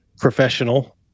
professional